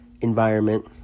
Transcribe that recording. environment